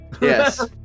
Yes